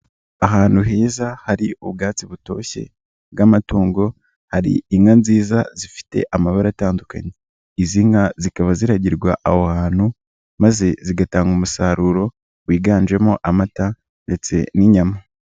Ahantu heza hari ubwatsi butoshye bw'amatungo, hari inka nziza zifite amabara atandukanye. Izi nka zikaba ziragirwa aho hantu maze zigatanga umusaruro wiganjemo amata ndetse n'inyama.